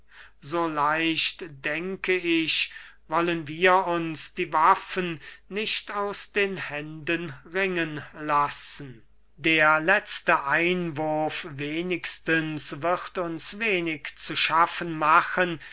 so leicht denke ich wollen wir uns die waffen nicht aus den händen ringen lassen der letzte einwurf wenigstens wird uns wenig zu schaffen machen